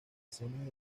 escenas